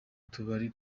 tubari